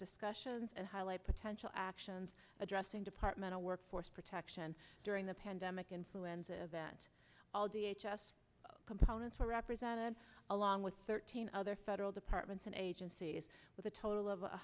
discussions and highlight potential actions addressed in departmental work force protection during the pandemic influenza that all the h s components were represented along with thirteen other federal departments and agencies with a total of